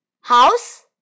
House